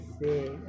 say